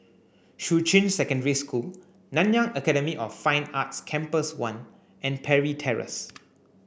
Shuqun Secondary School Nanyang Academy of Fine Arts Campus one and Parry Terrace